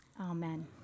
Amen